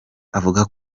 avuga